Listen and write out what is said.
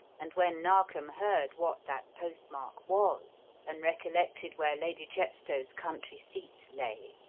and when narkom heard what that postmark was and recollected where lady chepstow's country seat lay,